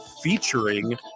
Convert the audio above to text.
Featuring